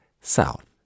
south